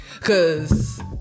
Cause